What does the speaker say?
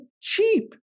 cheap